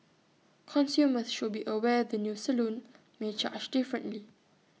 consumers should be aware the new salon may charge differently